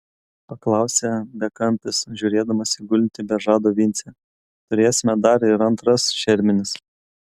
paklausė bekampis žiūrėdamas į gulintį be žado vincę turėsime dar ir antras šermenis